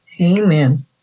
Amen